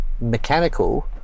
mechanical